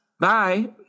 Bye